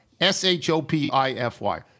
S-H-O-P-I-F-Y